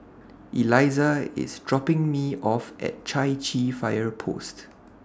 Eliza IS dropping Me off At Chai Chee Fire Post